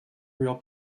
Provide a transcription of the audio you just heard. real